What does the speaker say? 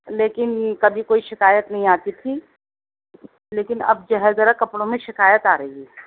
لیکن کبھی کوئی شکایت نہیں آتی تھی لیکن اب جو ہے ذرا کپڑوں میں شکایت آ رہی ہے